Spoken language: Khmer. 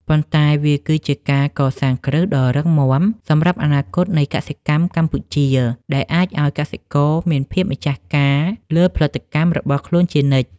ប៉ុន្តែវាគឺជាការកសាងគ្រឹះដ៏រឹងមាំសម្រាប់អនាគតនៃកសិកម្មកម្ពុជា ដែលអាចឱ្យកសិករមានភាពម្ចាស់ការលើផលិតកម្មរបស់ខ្លួនជានិច្ច។